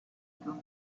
unito